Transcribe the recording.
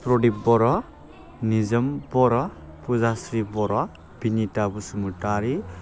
प्रदिप बर' निजोम बर' फुजास्रि बर' बिनिथा बसुमतारी